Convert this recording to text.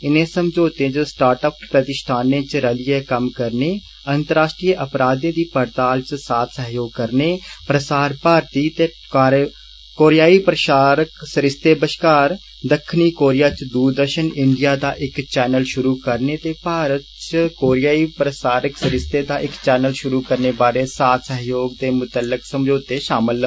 इनें समझौतें च स्टार्ट अप प्रतिश्ठानें च रलिये कम्म करने अंतर्राश्ट्री अपराधें दी पड़ताल च साथ सहयोग करने प्रसार भारत ते कोरियाई प्रसारक सरिस्ते बष्कार दक्खनी कोरिया च दूरदर्षन इंडिया दा इक चैनल षुरु करने ते भारत च कोरियाई प्रसाारक सरिस्ते दा इक चैनल षुरु करने बारै साथ सहयोग दे मुतल्लक समझौते षामल न